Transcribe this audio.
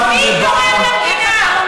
מי תורם למדינה?